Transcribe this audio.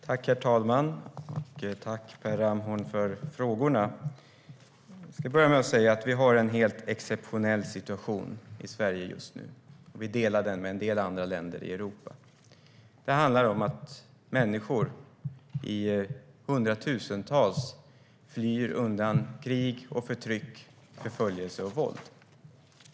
Herr talman! Jag tackar Per Ramhorn för frågorna. Jag ska börja med att säga att vi har en helt exceptionell situation i Sverige just nu. Vi delar den med en del andra länder i Europa. Det handlar om att människor i hundratusental flyr undan krig och förtryck, förföljelse och våld.